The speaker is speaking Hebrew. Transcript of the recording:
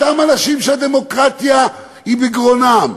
אותם אנשים שהדמוקרטיה היא בגרונם,